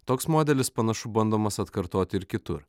toks modelis panašu bandomas atkartoti ir kitur